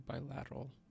bilateral